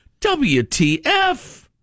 WTF